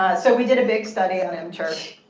so we did a big study on mturk.